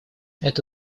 это